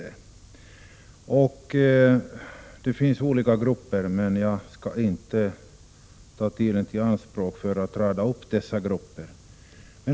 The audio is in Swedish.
Det finns väl flera olika grupper, men jag skall inte ta tiden i anspråk för att rada upp dessa grupper.